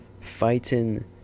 fighting